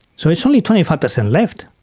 so it's only twenty five percent left.